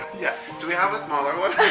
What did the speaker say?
yeah, do we have a smaller one?